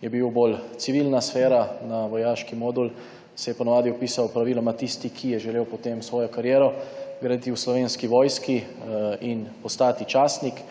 je bil bolj civilna sfera, na vojaški modul se je po navadi vpisal praviloma tisti, ki je želel potem svojo kariero graditi v Slovenski vojski in postati častnik.